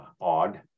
odd